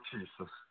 Jesus